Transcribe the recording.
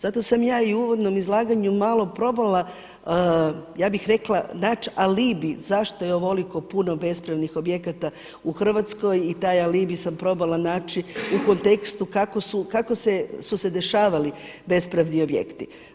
Zato sam ja i u uvodnom izlaganju malo probala ja bih rekla naći alibi zašto je ovoliko puno bespravnih objekata u Hrvatskoj i taj alibi sam probala naći u kontekstu kako su se dešavali bespravni objekti.